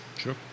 Sure